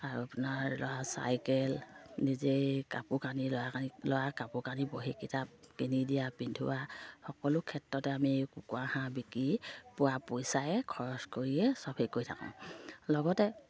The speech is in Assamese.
আৰু আপোনাৰ ল'ৰা চাইকেল নিজেই কাপোৰ কানি ল'ৰা কানি ল'ৰা কাপোৰ কানি বহি কিতাপ কিনি দিয়া পিন্ধোৱা সকলো ক্ষেত্ৰতে আমি কুকুৰা হাঁহ বিকি পোৱা পইচাই খৰচ কৰিয়ে চব হেৰি কৰি থাকোঁ লগতে